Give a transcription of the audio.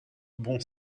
bon